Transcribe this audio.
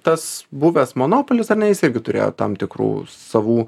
tas buvęs monopolis ar ne jis irgi turėjo tam tikrų savų